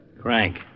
Crank